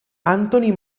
antoni